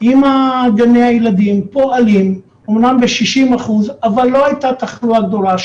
ועם גני-הילדים פועלים אומנם ב-60% אבל לא הייתה תחלואה גדולה.